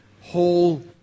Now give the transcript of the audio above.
whole